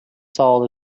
soul